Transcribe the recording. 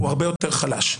הוא הרבה יותר חלש.